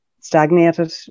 stagnated